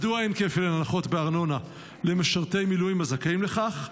מדוע אין כפל הנחות בארנונה למשרתי מילואים הזכאים לכך,